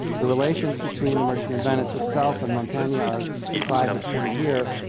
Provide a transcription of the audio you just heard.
the relations between the merchant of venice itself and montagne are beside the point here.